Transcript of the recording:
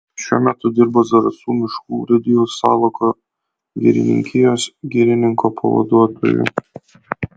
šiuo metu dirba zarasų miškų urėdijos salako girininkijos girininko pavaduotoju